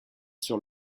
sur